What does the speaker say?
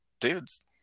dudes